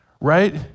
right